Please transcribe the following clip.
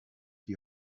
die